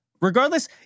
Regardless